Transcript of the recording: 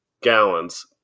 gallons